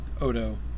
Odo